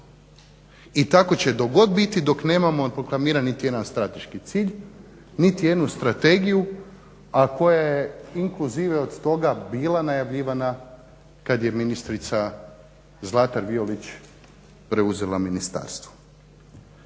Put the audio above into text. i tako će god biti dok nemamo proklamirani niti jedan strateški cilj, niti jednu strategiju a koja je inkluzive od toga bila najavljivana kad je ministrica Zlatar Violić preuzela ministarstvo.